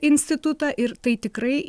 institutą ir tai tikrai